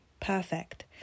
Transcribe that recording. Perfect